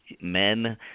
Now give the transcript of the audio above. men